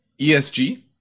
ESG